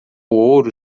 ouro